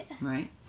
Right